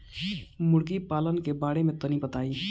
मुर्गी पालन के बारे में तनी बताई?